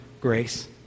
grace